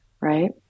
right